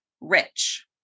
rich